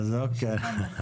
אוקיי.